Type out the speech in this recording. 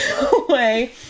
away